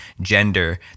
gender